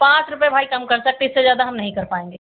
पाँच रुपये भाई कम कर सकते हैं उससे ज़्यादा हम नहीं कर पाएंगे